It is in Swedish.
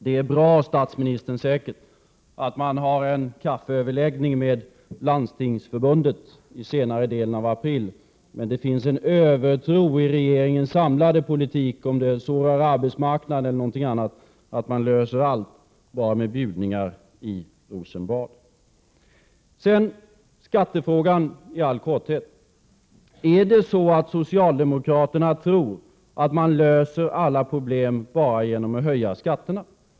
Det är säkert bra, statsministern, att ha en kaffeöverläggning med Landstingsförbundet i senare delen av april, men det finns en övertro i regeringens samlade politik — om det så rör arbetsmarknad eller något annat — att man löser allt bara med bjudningar i Rosenbad. Sedan några ord om skattefrågan i all korthet: Är det så att socialdemokraterna tror att man löser alla problem bara genom att höja skatterna?